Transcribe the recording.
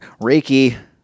Reiki